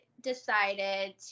decided